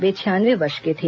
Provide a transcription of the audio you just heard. वे छियानवे वर्ष के थे